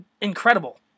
Incredible